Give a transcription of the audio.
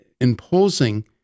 imposing